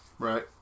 Right